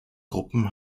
gruppen